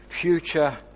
Future